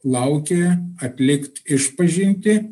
laukė atlikt išpažintį